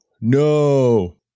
No